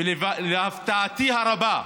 ולהפתעתי הרבה,